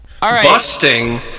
Busting